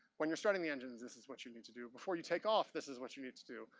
when you're starting the engines, this is what you need to do. before you take off, this is what you need to do.